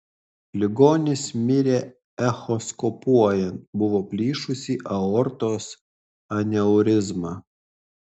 ligonis mirė echoskopuojant buvo plyšusi aortos aneurizma